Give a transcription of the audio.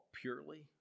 purely